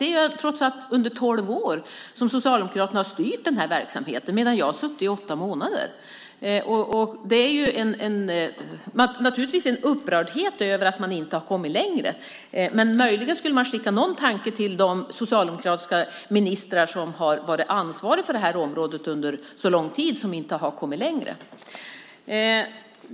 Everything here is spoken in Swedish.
Det är trots allt under tolv år som Socialdemokraterna har styrt den här verksamheten medan jag har suttit i åtta månader. Det finns naturligtvis en upprördhet över att man inte har kommit längre. Men möjligen borde man sända någon tanke till de socialdemokratiska ministrar som har varit ansvariga för det här området under så lång tid och som inte har kommit längre.